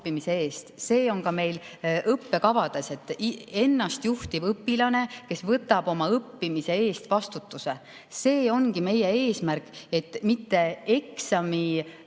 õppimise eest. See on meil ka õppekavades: ennastjuhtiv õpilane, kes võtab oma õppimise eest vastutuse. See ongi meie eesmärk, et mitte eksamil